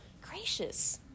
Gracious